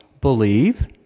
believe